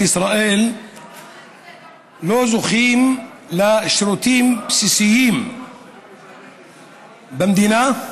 ישראל לא זוכים לשירותים בסיסיים במדינה,